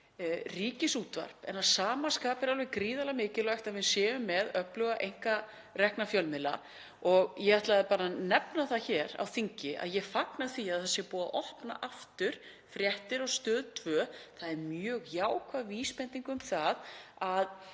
ríkisútvarp en að sama skapi er alveg gríðarlega mikilvægt að við séum með öfluga einkarekna fjölmiðla. Ég ætlaði bara að nefna það hér á þingi að ég fagna því að búið sé að opna aftur fréttir á Stöð 2. Það er mjög jákvæð vísbending um að